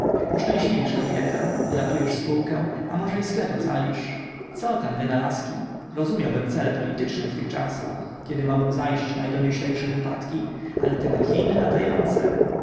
uszczęśliwisz kobietę uratujesz spółkę a może i sklep ocalisz cotam wynalazki rozumiałbym cele polityczne w tych czasach kiedy mogą zajść najdonioślejsze wypadki ale te machiny latające